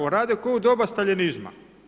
Rade ko u doba Staljinizma.